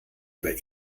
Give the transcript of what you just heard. über